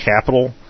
capital